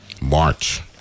March